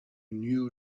knew